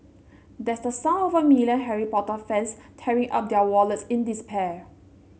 that's the sound of a million Harry Potter fans tearing up their wallets in despair